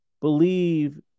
Believe